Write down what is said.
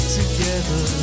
together